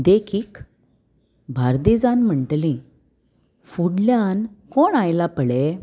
देखीक बार्देजान म्हणटली फुडल्यान कोण आयला पळय